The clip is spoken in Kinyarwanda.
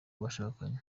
bashakanye